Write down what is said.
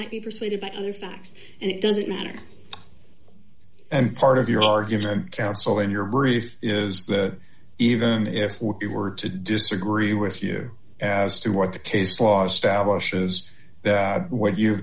might be persuaded by other facts and it doesn't matter and part of your argument counsel in your brief is that even if you were to disagree with you as to what the case last hour says that what you